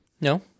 No